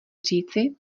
říci